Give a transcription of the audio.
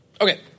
Okay